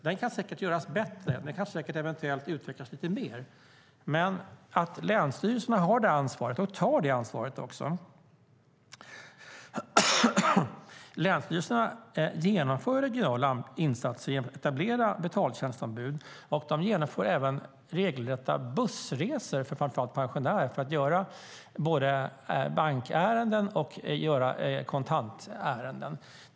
Den kan säkert göras bättre och kan eventuellt utvecklas lite mer, men länsstyrelserna har detta ansvar och tar det också. Länsstyrelserna genomför regionala insatser genom att etablera betaltjänstombud. De genomför även regelrätta bussresor för framför allt pensionärer för att de ska kunna uträtta både bankärenden och kontantärenden.